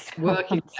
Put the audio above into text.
working